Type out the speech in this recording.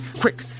Quick